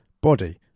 body